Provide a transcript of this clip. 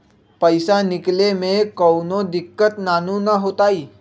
पईसा निकले में कउनो दिक़्क़त नानू न होताई?